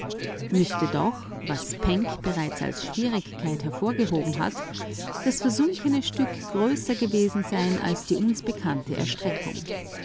müßte was penck bereits als schwierigkeit hervorgehoben hat das versunkene stück größer gewesen sein als die uns bekannte erstreckung